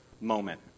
moment